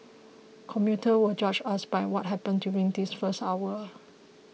commuters will judge us by what happens during this first hour